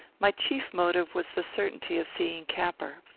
my chief motive was the certainty of seeing capper.